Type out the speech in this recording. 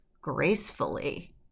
gracefully